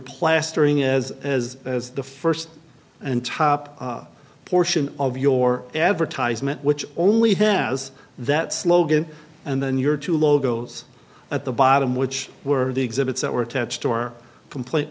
plastering as as as the first and top portion of your advertisement which only has that slogan and then you're too logos at the bottom which were the exhibits that were attached to our compl